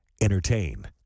Entertain